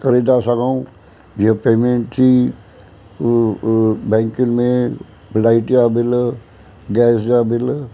करे था सघूं जीअं पेमेंट थी बैंकुनि में लाइट जा बिल गैस जा बिल